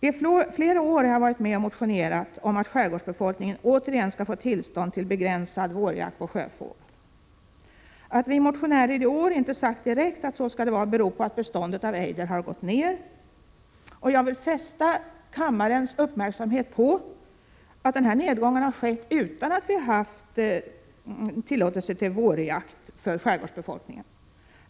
I flera år har jag varit med och motionerat om att skärgårdsbefolkningen återigen skall få tillstånd till begränsad vårjakt på sjöfågel. Att vi motionärer i år inte sagt direkt att så skall det vara, beror på att beståndet av ejder har gått ned. Jag vill fästa kammarens uppmärksamhet på att den nedgången har skett utan att vi haft tillåtelse till vårjakt för skärgårdsbefolkningen.